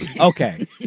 Okay